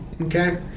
Okay